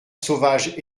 sauvage